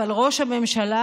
אבל ראש הממשלה,